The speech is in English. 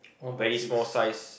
very small size